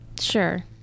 Sure